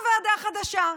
קמה ועדה חדשה.